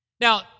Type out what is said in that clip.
Now